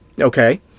okay